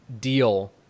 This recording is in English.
deal